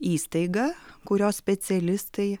įstaiga kurios specialistai